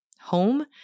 home